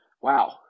wow